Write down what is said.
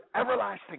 everlasting